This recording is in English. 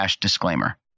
disclaimer